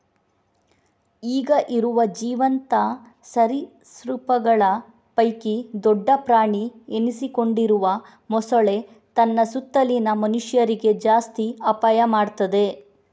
ಈಗ ಇರುವ ಜೀವಂತ ಸರೀಸೃಪಗಳ ಪೈಕಿ ದೊಡ್ಡ ಪ್ರಾಣಿ ಎನಿಸಿಕೊಂಡಿರುವ ಮೊಸಳೆ ತನ್ನ ಸುತ್ತಲಿನ ಮನುಷ್ಯರಿಗೆ ಜಾಸ್ತಿ ಅಪಾಯ ಮಾಡ್ತದೆ